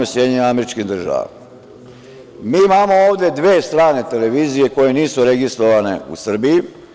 Mi imamo ovde dve strane televizije koje nisu registrovane u Srbiji.